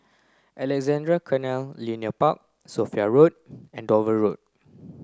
Alexandra Canal Linear Park Sophia Road and Dover Road